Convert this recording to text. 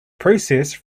process